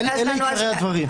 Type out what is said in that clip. אלה עיקרי הדברים.